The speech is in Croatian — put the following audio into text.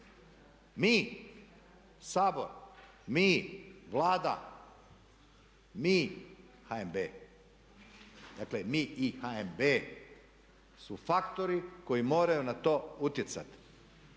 Mi Sabor, mi Vlada, mi HNB. Dakle mi i HNB su faktori koji moraju na to utjecati.